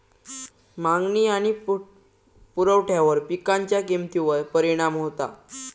मागणी आणि पुरवठ्यावर पिकांच्या किमतीवर परिणाम होता